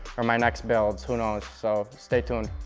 or my next builds. who knows? so, stay tuned.